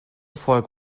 volk